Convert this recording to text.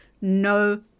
no